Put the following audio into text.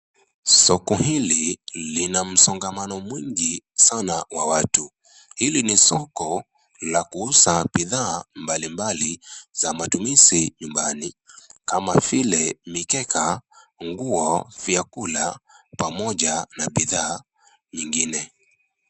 Soko hili lina msongamano mwingi sana wa watu, hili ni soko la kuuza bidhaa mbalimbali, za matumizi nyumbani. Kama vile mkeka, nguo na vyakula pamoja na bidhaa nyingine.